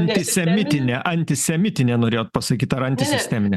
antisemitinė antisemitinė norėjot pasakyti ar antisisteminė